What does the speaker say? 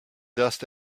dust